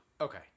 Okay